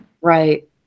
Right